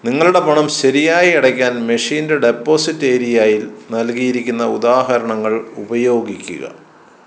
നിങ്ങളുടെ പണം ശരിയായി അടയ്ക്കാൻ മെഷീൻ്റെ ഡെപോസിറ്റ് ഏരിയയിൽ നൽകിയിരിക്കുന്ന ഉദാഹരണങ്ങൾ ഉപയോഗിക്കുക